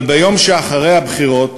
אבל ביום שאחרי הבחירות